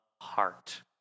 heart